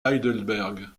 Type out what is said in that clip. heidelberg